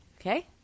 Okay